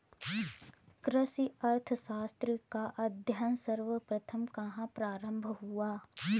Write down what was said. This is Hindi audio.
कृषि अर्थशास्त्र का अध्ययन सर्वप्रथम कहां प्रारंभ हुआ?